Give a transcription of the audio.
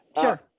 Sure